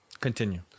Continue